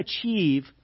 achieve